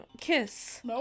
Kiss